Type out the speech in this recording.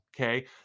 okay